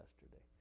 yesterday